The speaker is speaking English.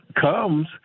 comes